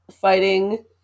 fighting